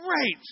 great